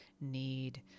need